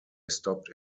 stopped